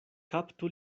kaptu